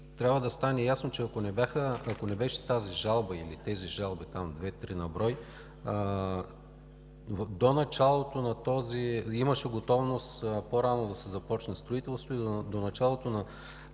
Трябва да стане ясно, че ако не беше тази жалба или тези жалби – две три на брой, имаше готовност по-рано да се започне строителството и до началото на